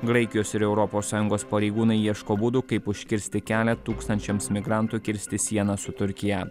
graikijos ir europos sąjungos pareigūnai ieško būdų kaip užkirsti kelią tūkstančiams migrantų kirsti sieną su turkija